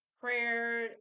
prayer